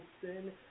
sin